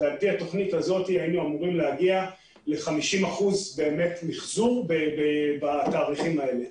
על פי התוכנית הזאת היינו אמורים להגיע ל-50% מחזור בתאריכים האלה.